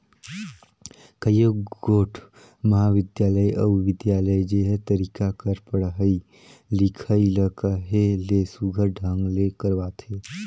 कइयो गोट महाबिद्यालय अउ बिद्यालय जेहर लरिका कर पढ़ई लिखई ल कहे ले सुग्घर ढंग ले करवाथे